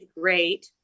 great